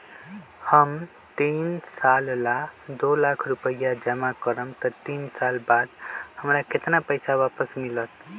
हम तीन साल ला दो लाख रूपैया जमा करम त तीन साल बाद हमरा केतना पैसा वापस मिलत?